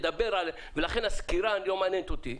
ולכן הסקירה לא מעניינת אותי.